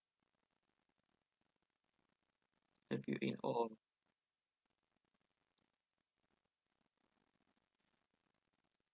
if you in all